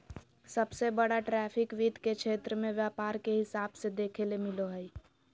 सबसे बड़ा ट्रैफिक वित्त के क्षेत्र मे व्यापार के हिसाब से देखेल मिलो हय